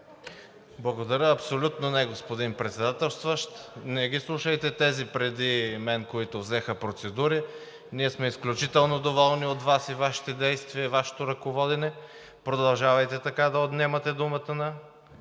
Благодаря. Абсолютно не, господин Председателстващ. Не ги слушайте тези преди мен, които взеха процедури. Ние сме изключително доволни от Вас и Вашите действия, Вашето ръководене. Продължавайте така да отнемате думата на